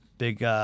Big –